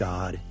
God